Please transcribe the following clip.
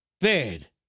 bed